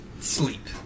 sleep